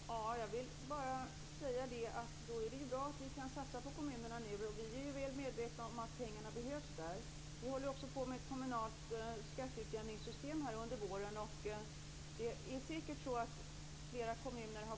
Fru talman! Jag vill bara säga att det är bra att vi nu kan satsa på kommunerna. Vi är väl medvetna om att pengarna behövs där. Vi håller också på med ett kommunalt skatteutjämningssystem under våren, och det är säkert så att flera kommuner har